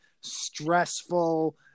stressful